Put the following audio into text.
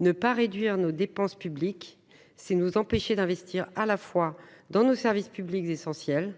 Ne pas réduire nos dépenses publiques, c’est nous empêcher d’investir à la fois dans nos services publics essentiels,